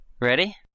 Ready